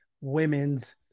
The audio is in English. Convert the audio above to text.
women's